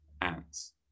ants